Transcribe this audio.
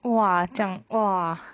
!wah! 这样 !wah!